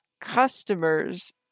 customers